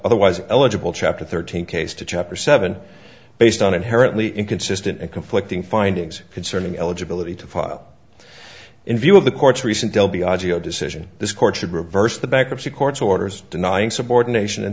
otherwise eligible chapter thirteen case to chapter seven based on inherently inconsistent and conflicting findings concerning eligibility to file in view of the court's recent bill biagio decision this court should reverse the bankruptcy court's orders denying subordination and